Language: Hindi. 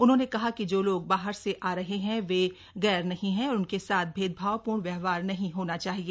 उन्होंने कहा कि जो लोग बाहर से आ रहे हैं वे गैर नहीं हैं और उनके साथ भैदभाव पूर्ण व्यवहार नहीं होना चाहिए